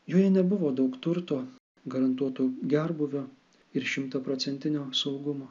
joje nebuvo daug turto garantuoto gerbūvio ir šimtaprocentinio saugumo